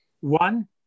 one